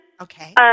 Okay